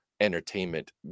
entertainment